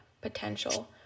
potential